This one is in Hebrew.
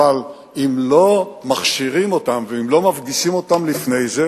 אבל אם לא מכשירים אותם ואם לא מפגישים אותם לפני זה,